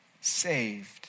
saved